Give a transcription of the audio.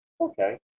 Okay